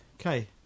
okay